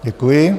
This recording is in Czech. Děkuji.